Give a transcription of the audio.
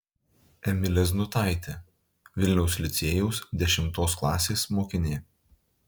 emilė znutaitė vilniaus licėjaus dešimtos klasės mokinė